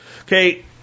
Okay